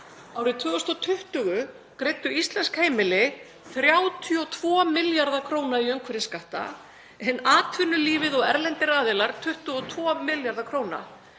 Árið 2020 greiddu íslensk heimili 32 milljarða kr. í umhverfisskatta, en atvinnulífið og erlendir aðilar 22 milljarða kr.